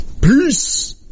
Peace